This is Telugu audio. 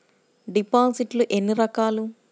డిపాజిట్లు ఎన్ని రకాలు?